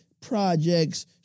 projects